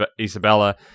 isabella